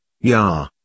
Ja